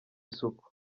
isuku